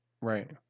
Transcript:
right